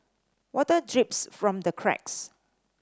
water drips from the cracks